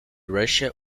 russia